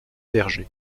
vergers